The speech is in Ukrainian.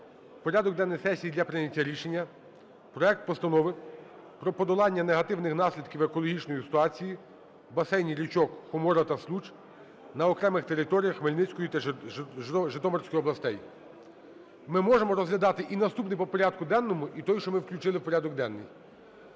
порядок денний сесії для прийняття рішення проект Постанови про подолання негативних наслідків екологічної ситуації в басейні річок Хомора та Случ на окремих територіях Хмельницької та Житомирської областей. Ми можемо розглядати і наступний по порядку денному, і той, що ми включили в порядок денний.